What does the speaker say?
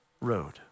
road